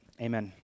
amen